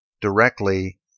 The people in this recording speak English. directly